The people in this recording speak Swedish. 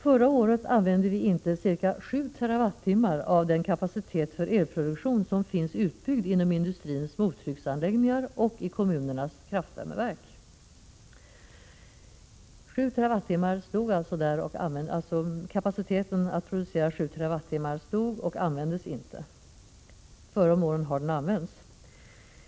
Förra året kom ca 7 TWh av den kapacitet för elproduktion som finns utbyggd i industrins mottrycksanläggningar och i kommunernas kraftvärmeverk inte till användning. Kapacitet för att producera 7 TWh utnyttjades alltså inte. Förr om åren har den använts.